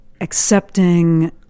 accepting